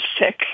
sick